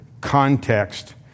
context